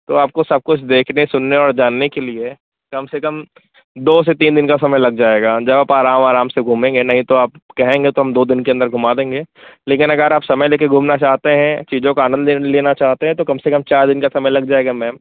तो आपको सब कुछ देखने सुनने और जानने के लिए कम से कम दो से तीन दिन का समय लग जाएगा जब आप आराम आराम से घूमेंगे नहीं तो आप कहेंगे तो हम दो दिन के अंदर घुमा देंगे लेकिन अगर आप समय लेके घूमना चाहते हैं चीजों का आनंद लेना चाहते हैं तो कम से कम चार दिन का समय लग जाएगा मैम